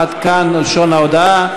עד כאן לשון ההודעה.